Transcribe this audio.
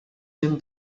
minn